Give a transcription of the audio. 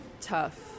tough